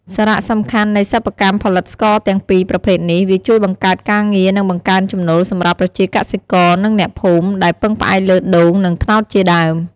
សារៈសំខាន់នៃសិប្បកម្មផលិតស្ករទាំងពីរប្រភេទនេះ វាជួយបង្កើតការងារ និងបង្កើនចំណូលសម្រាប់ប្រជាកសិករ និងអ្នកភូមិ ដែលពឹងផ្អែកលើដូង និងត្នោតជាដើម។